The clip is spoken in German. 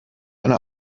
eine